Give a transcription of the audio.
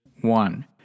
one